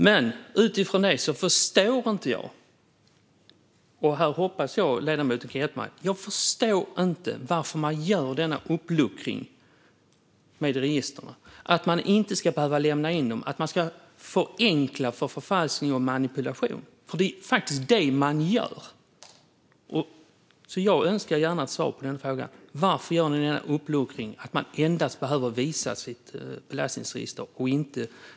Men utifrån det förstår jag inte - jag hoppas att ledamoten kan hjälpa mig att förstå - varför man gör denna uppluckring av registerkontrollen. Utdraget ska inte längre lämnas in, så man underlättar förfalskning och manipulation. Det är faktiskt det man gör. Jag vill gärna ha ett svar på den frågan. Varför gör ni denna uppluckring? Man ska endast behöva visa sitt utdrag ur belastningsregistret.